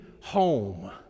home